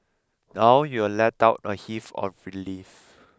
now you will let out a heave of relief